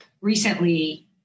recently